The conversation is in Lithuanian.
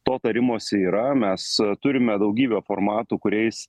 to tarimosi yra mes turime daugybę formatų kuriais